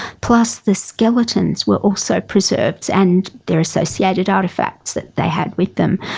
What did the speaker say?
plus the skeletons were also preserved, and their associated artefacts that they had with them.